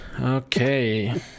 Okay